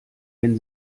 wenn